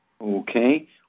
Okay